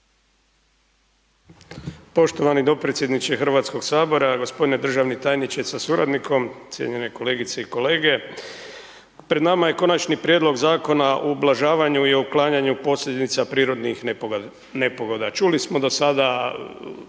Poštovani dopredsjedničke Hrvatskog sabora, gospodine državni tajničke sa suradnikom, cijenjene kolegice i kolege pred nama je Konači prijedlog Zakona o ublažavanju i uklanjanju posljedica prirodnih nepogoda. Čuli smo do sada